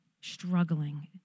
struggling